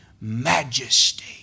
majesty